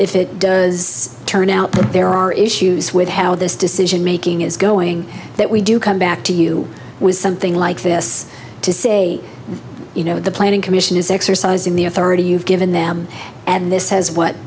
if it does turn out that there are issues with how this decision making is going that we do come back to you with something like this to say you know the planning commission is exercising the authority you've given them and this has what